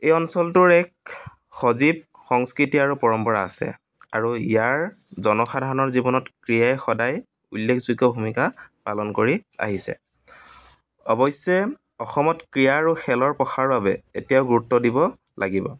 এই অঞ্চলটোৰ এক সজীৱ সংস্কৃতি আৰু পৰম্পৰা আছে আৰু ইয়াৰ জনসাধাৰণৰ জীৱনত ক্ৰীড়াই সদায় উল্লেখযোগ্য ভূমিকা পালন কৰি আহিছে অৱশ্যে অসমত ক্ৰীড়া আৰু খেলৰ প্ৰসাৰৰ বাবে এতিয়াও গুৰুত্ব দিব লাগিব